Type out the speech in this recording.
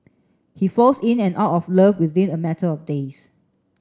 he falls in and out of love within a matter of days